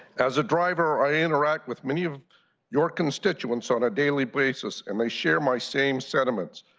as a driver, i interact with many of your constituents on a daily basis, and they share my same sentiments.